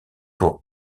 pour